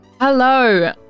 Hello